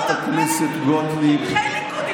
אילו מצביעי הליכוד דיברו איתך, גדעון